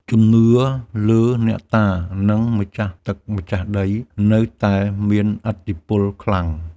ជំនឿលើអ្នកតា និងម្ចាស់ទឹកម្ចាស់ដី នៅតែមានឥទ្ធិពលខ្លាំង។